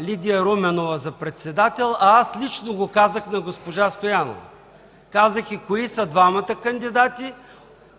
Лидия Руменова за председател, а аз лично го казах на госпожа Стоянова. Казах й кои са двамата кандидати,